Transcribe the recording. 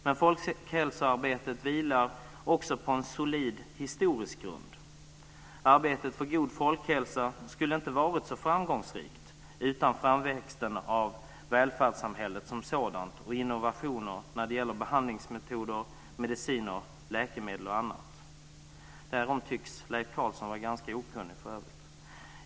Men folkhälsoarbetet vilar också på en solid historisk grund. Arbetet för en god folkhälsa skulle inte ha varit så framgångsrikt utan framväxten av välfärdssamhället som sådant och innovationer när det gäller behandlingsmetoder, mediciner, läkemedel och annat. Därom tycks Leif Carlson vara okunnig.